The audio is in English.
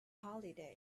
holiday